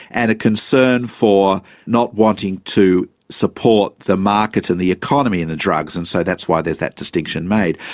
and a concern for not wanting to support the market and the economy in the drugs. and so that's why there's that distinction made.